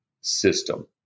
system